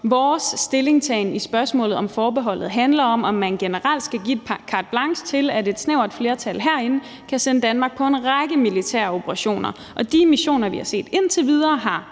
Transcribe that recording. Vores stillingtagen i spørgsmålet om forbeholdet handler om, om man generelt skal give carte blanche til, at et snævert flertal herinde kan sætte Danmark på en række militære operationer, og af de missioner, vi har set indtil videre, har